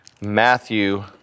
Matthew